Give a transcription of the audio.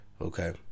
Okay